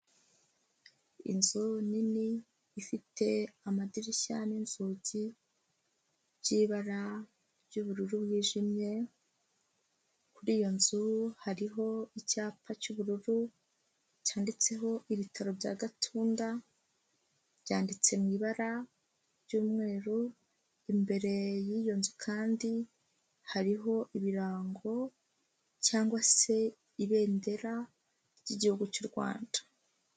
Inzu nini ifite amadirishya n'inzugi by'ibara ry'ubururu bwijimye, kuri iyo nzu hariho icyapa cy'ubururu cyanditseho ibitaro bya Gatunda byanditse mu ibara ry'umweru imbere yiyo nzu kandi hariho ibirango cyangwa se ibendera ry'igihugu cy'u Rwanda.